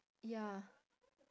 ya